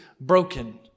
broken